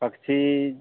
पक्षी